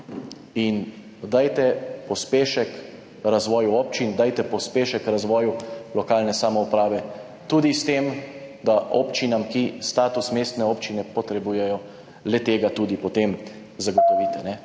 vlade. Dajte pospešek razvoju občin, dajte pospešek razvoju lokalne samouprave tudi s tem, da občinam, ki status mestne občine potrebujejo, le-tega potem tudi zagotovite.